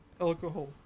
alcohol